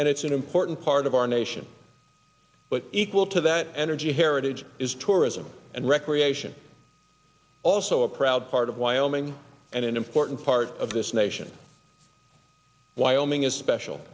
and it's an important part of our nation but equal to that energy heritage is tourism and recreation also a proud part of wyoming and an important part of this nation wyoming a special